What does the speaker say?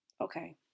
Okay